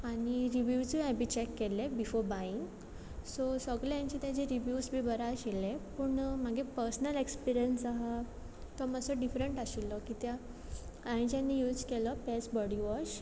आनी रिविव्स बीन हांवें चॅक केल्ले बिफॉर बायींग सो सगल्या हांचे ते रिविव्स बी बरे आशिल्ले पूण म्हागे पर्सनल एक्सपिरियन्स आसा तो मातसो डिफरंट आशिल्लो कित्या हांवेंयें जेन्ना यूज केलो पियर्स बॉडी वॉश